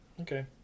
Okay